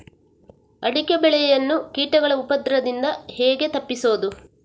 ಅಡಿಕೆ ಬೆಳೆಯನ್ನು ಕೀಟಗಳ ಉಪದ್ರದಿಂದ ಹೇಗೆ ತಪ್ಪಿಸೋದು?